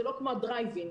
זה לא כמו הדרייב אין,